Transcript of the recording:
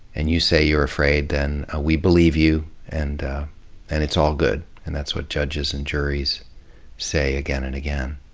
and you say you are afraid, then ah we believe you and and it's all good, and that's what judges and juries say again and again.